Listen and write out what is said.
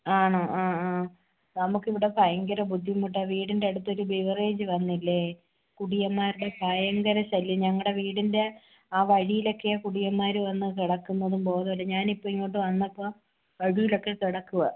ആണോ ആ ആ നമുക്ക് ഇവിടെ ഭയങ്കര ബുദ്ധിമുട്ടാണ് വീടിൻ്റെ അടുത്തോരു ബിവറേജ് വന്നില്ലേ കുടിയന്മാരുടെ ഭയങ്കര ശല്യം ഞങ്ങളുടെ വീടിൻ്റെ ആ വഴിയിൽ ഒക്കെയാണ് കുടിയന്മാർ വന്ന് കിടക്കുന്നതും ബോധവും ഇല്ല ഞാൻ ഇപ്പോൾ ഇങ്ങോട്ട് വന്നപ്പോൾ വഴിയിലൊക്കെ കിടക്കുവാണ്